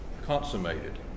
consummated